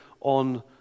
on